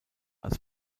als